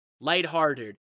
lighthearted